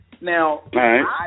Now